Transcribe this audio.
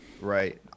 right